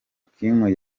kim